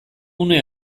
une